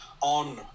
on